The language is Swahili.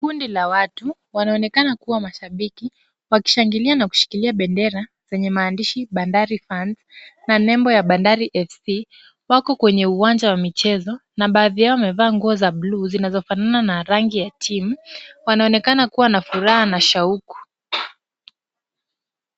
Kundi la watu wanaonekana kuwa mashabiki, wakishangilia na kushikilia bendera yenye maandishi Bandari Fans na nenbo ya bandari fc wako kwenye uwanja wa michezo na baadhi yao wamevaa nguo za buluu zinazofanana na rangi ya timu ,wanaonekana kuwa na furaha na shauku.